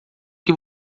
que